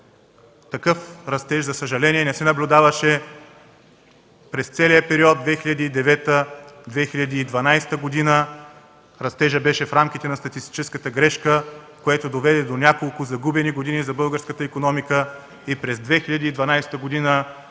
Такъв растеж за съжаление не се наблюдаваше през целия период 2009-2012 г. Растежът беше в рамките на статистическата грешка, което доведе до няколко загубени години за българската икономика и през 2012 г.